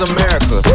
America